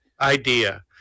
idea